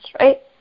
right